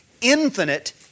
infinite